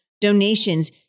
donations